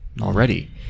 already